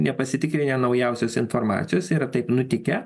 nepasitikrinę naujausios informacijos yra taip nutikę